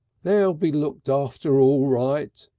they'll be looked after all right,